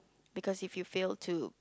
because if you fail to